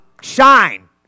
Shine